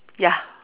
ya